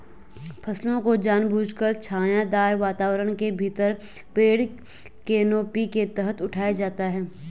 फसलों को जानबूझकर छायादार वातावरण के भीतर पेड़ कैनोपी के तहत उठाया जाता है